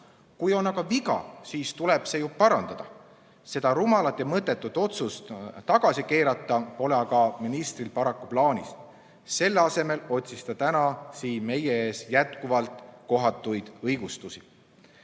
Kui on aga viga, siis tuleb see ju parandada. Seda rumalat ja mõttetut otsust tagasi keerata pole ministril paraku plaanis. Selle asemel otsis ta täna siin meie ees jätkuvalt kohatuid õigustusi.